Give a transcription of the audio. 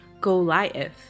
Goliath